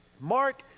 Mark